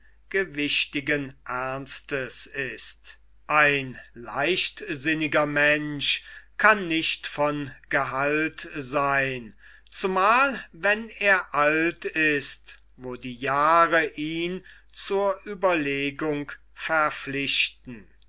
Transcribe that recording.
gewichtigen ernstes ist ein leichtsinniger mensch kann nicht von gehalt seyn zumal wenn er alt ist wo die jahre ihn zur ueberlegung verpflichten